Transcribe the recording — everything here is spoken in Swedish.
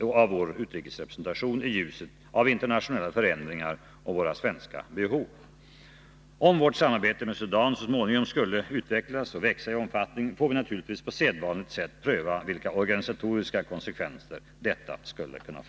vår utrikesrepresentation i ljuset av internationella förändringar och våra svenska behov. Om vårt samarbete med Sudan så småningom skulle utvecklas och växa i omfattning, får vi naturligtvis på sedvanligt sätt pröva vilka organisatoriska konsekvenser detta skulle kunna få.